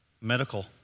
medical